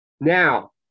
Now